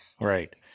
Right